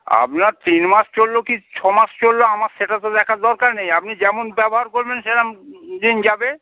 আপনার তিন মাস চলল কি ছ মাস চলল আমার সেটা তো দেখার দরকার নেই আপনি যেমন ব্যবহার করবেন সেরকম দিন যাবে